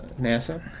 NASA